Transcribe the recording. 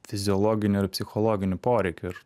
fiziologinių ir psichologinių poreikių ir